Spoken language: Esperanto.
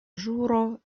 ĵuro